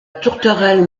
tourterelle